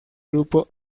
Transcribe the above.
grupo